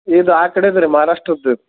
ಇದು ಆ ಕಡೆದು ರೀ ಮಹಾರಾಷ್ಟ್ರದು